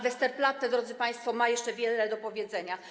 Westerplatte, drodzy państwo, ma jeszcze wiele do powiedzenia.